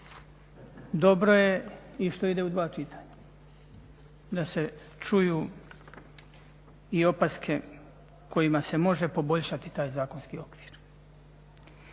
Dobro je i što ide u dva čitanja da se čuju i opaske kojima se može poboljšati taj zakonski okvir.